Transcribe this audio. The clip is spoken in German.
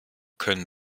können